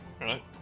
Right